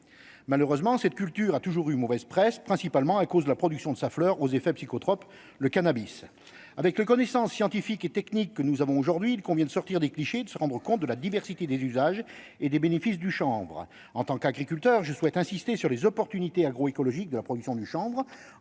malheureusement cette culture a toujours eu mauvaise presse, principalement à cause de la production de sa fleur aux effets psychotropes le cannabis avec les connaissances scientifiques et techniques que nous avons aujourd'hui, il convient de sortir des clichés de se rendre compte de la diversité des usages et des bénéfices du chambre en tant qu'agriculteur, je souhaite insister sur les opportunités agro-écologique de la production du chambre